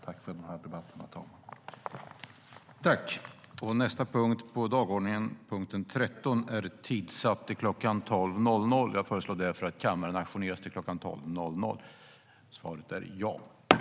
Tack för debatten, herr talman!